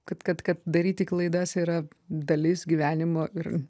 kad kad kad daryti klaidas yra dalis gyvenimo ir